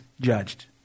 judged